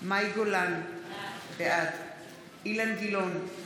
מאי גולן, בעד אילן גילאון,